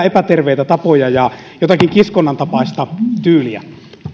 epäterveitä tapoja ja jotakin kiskonnan tapaista tyyliä